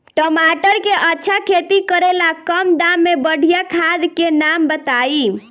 टमाटर के अच्छा खेती करेला कम दाम मे बढ़िया खाद के नाम बताई?